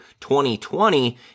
2020